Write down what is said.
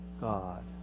God